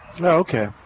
okay